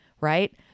right